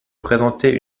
présenter